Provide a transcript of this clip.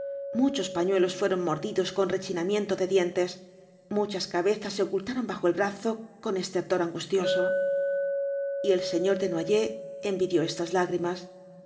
muchos pañuelos fueron mordidos con rechinamiento de dientes muchas cabezas se ocultaron bajo el brazo con estertor angustioso y el señor desnoyers envidió estas lágrimas